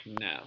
No